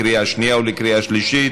לקריאה שנייה ולקריאה שלישית.